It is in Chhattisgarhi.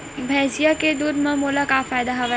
भैंसिया के दूध म मोला का फ़ायदा हवय?